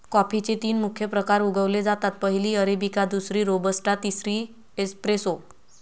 कॉफीचे तीन मुख्य प्रकार उगवले जातात, पहिली अरेबिका, दुसरी रोबस्टा, तिसरी एस्प्रेसो